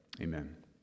amen